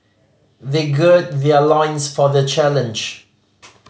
they gird their loins for the challenge